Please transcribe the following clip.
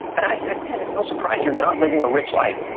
and i said, man, it's no surprise you're not living a rich life.